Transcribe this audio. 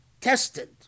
tested